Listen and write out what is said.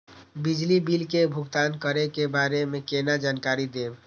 बिजली बिल के भुगतान करै के बारे में केना जानकारी देब?